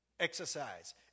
exercise